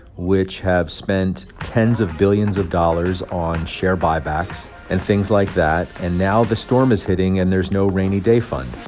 which have spent tens of billions of dollars on share buybacks and things like that. and now the storm is hitting, and there's no rainy-day fund